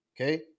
okay